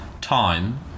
time